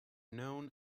known